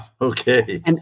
Okay